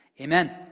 Amen